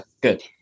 good